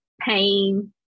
pain